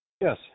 Yes